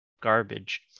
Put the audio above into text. garbage